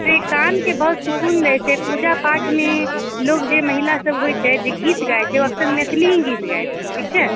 से कानके बहुत सुकून दैत छै पूजा पाठमे लोक जे महिलासभ होइत छै जे गीत गाइत छै ओ अक्सर मैथली ही गीत गाइत छै ठीक छै